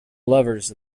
lovers